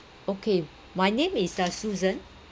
okay my name is uh susan